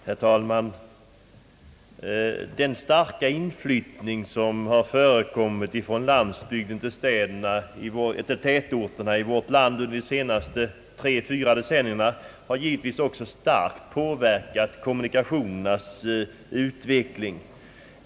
Herr talman! Den starka inflyttningen från landsbygden till tätorterna i vårt land under de senaste tre, fyra decennierna har starkt påverkat kommunikationernas utveckling.